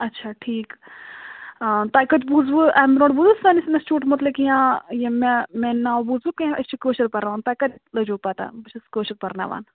اَچھا ٹھیٖک تُہۍ کَتہِ بوٗزوٕ اَمہِ برونٹھ سٲنِس اِنسچوٗٹ متعلق یا یِم مےٚ میانہِ ناوٕ بوٗزوٕ کیٚنٛہہ أسۍ چھِ کٲشُر پرناوان تُہۍ کتہِ لٔجوٕ پتاہ بہٕ چھَس کٲشُرپرناوان